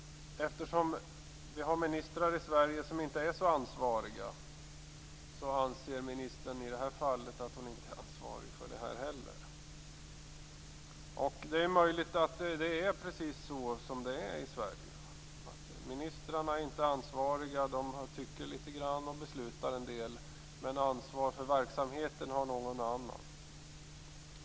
Eftersom vi har ministrar i Sverige som inte är så ansvariga anser ministern i det här fallet att hon inte är ansvarig här heller. Det är möjligt att det är precis så det är i Sverige - ministrarna är inte ansvariga. De tycker litet grand och beslutar en del, men ansvar för verksamheten har någon annan.